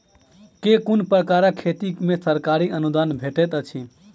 केँ कुन प्रकारक खेती मे सरकारी अनुदान भेटैत अछि?